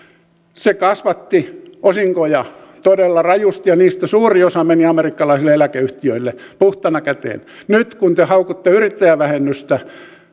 kasvatti osinkoja todella rajusti ja niistä suuri osa meni amerikkalaisille eläkeyhtiöille puhtaana käteen nyt te haukutte yrittäjävähennystä mutta